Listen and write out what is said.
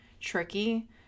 tricky